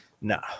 no